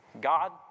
God